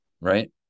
right